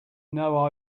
know